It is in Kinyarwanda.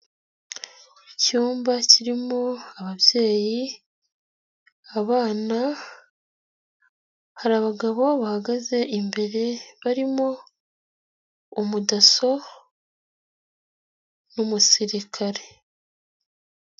Icyumba kirimo ababyeyi, abana, hari abagabo bahagaze imbere, barimo umudaso n'umusirikare.